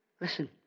Listen